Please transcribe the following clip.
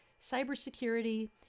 cybersecurity